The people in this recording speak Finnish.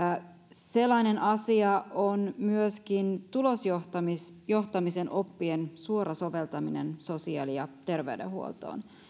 sellainen asia on myöskin tulosjohtamisen oppien suora soveltaminen sosiaali ja terveydenhuoltoon